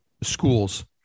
schools